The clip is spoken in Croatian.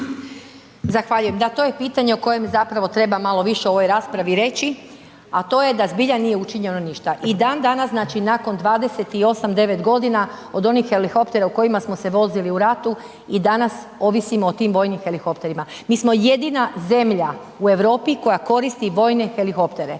Zahvaljujem. Da, to je pitanje o kojem zapravo treba malo više u ovoj raspravi reći a to je da zbilja nije učinjeno ništa. I dandanas znači nakon 28, 29 godina od onih helikoptera o kojima smo se vozili u ratu, i danas ovisimo o tim vojnim helikopterima. Mi smo jedina zemlja u Europi koja koristi vojne helikoptere.